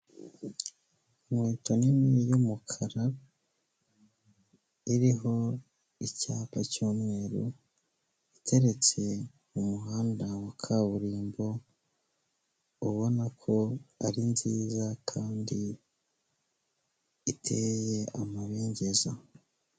Inkweto nini y'umukara, iriho icyapa cy'umweru, iteretse mu muhanda wa kaburimbo, ubona ko ari nziza kandi iteye amabengeza.